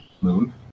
Moon